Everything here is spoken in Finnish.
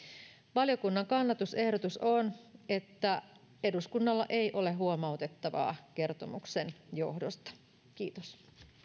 valiokunnan kannanottoehdotus on että eduskunnalla ei ole huomautettavaa kertomuksen johdosta kiitos